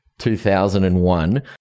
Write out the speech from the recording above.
2001